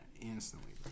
instantly